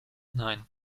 nein